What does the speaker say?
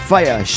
Fire